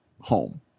home